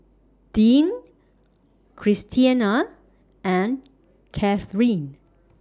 Deanne Christiana and Cathryn